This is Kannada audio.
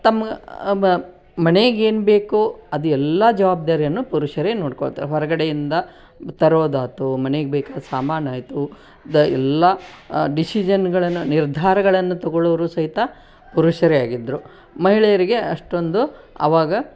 ತಮ್ಮ ಮನೆಗೇನು ಬೇಕೋ ಅದೆಲ್ಲಾ ಜವಾಬ್ದಾರಿಯನ್ನು ಪುರುಷರೇ ನೋಡಿಕೊಳ್ತ ಹೊರಗಡೆಯಿಂದ ತರೋದಾಯ್ತು ಮನೇಗೆ ಬೇಕಾದ ಸಾಮಾನಾಯಿತು ದ ಎಲ್ಲ ಡಿಸಿಷನ್ಗಳನ್ನ ನಿರ್ಧಾರಗಳನ್ನು ತಗೊಳೋರು ಸಹಿತ ಪುರುಷರೇ ಆಗಿದ್ರು ಮಹಿಳೆಯರಿಗೆ ಅಷ್ಟೊಂದು ಅವಾಗ